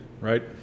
Right